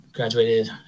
graduated